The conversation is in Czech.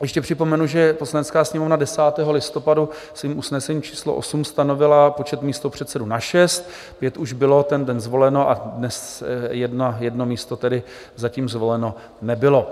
Ještě připomenu, že Poslanecká sněmovna 10. listopadu svým usnesením číslo 8 stanovila počet místopředsedů na šest, pět už bylo ten den zvoleno, a tedy jedno místo zatím zvoleno nebylo.